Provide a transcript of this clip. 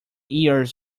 years